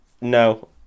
no